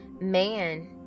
man